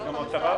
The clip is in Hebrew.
זאת המטרה.